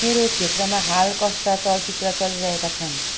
मेरो क्षेत्रमा हाल कस्ता चलचित्र चलिरहेका छन्